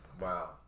Wow